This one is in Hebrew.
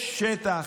יש שטח,